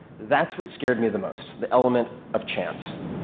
that's what scared me the most the element of chance.